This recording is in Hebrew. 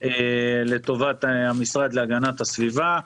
לטובת המשרד להגנת הסביבה,